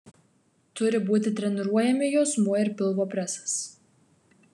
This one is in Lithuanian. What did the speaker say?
turi būti treniruojami juosmuo ir pilvo presas